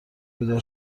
بیدار